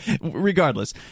regardless